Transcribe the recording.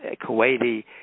Kuwaiti